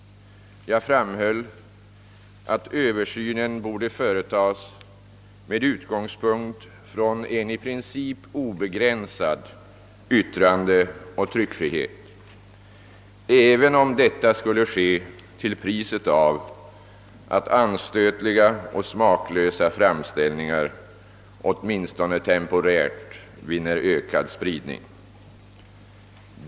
Jag framhöll att översynen borde företas med utgångspunkt från en i princip obegränsad yttrandeoch tryckfrihet även om detta skulle ske till priset av att anstötliga och smaklösa framställningar åtminstone temporärt vinner ökad spridning.